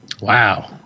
wow